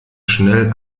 schnell